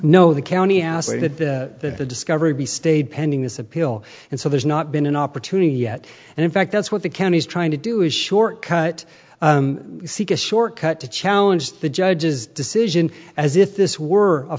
know the county asked that the discovery be stayed pending this appeal and so there's not been an opportunity yet and in fact that's what the county is trying to do is short cut seek a short cut to challenge the judge's decision as if this were a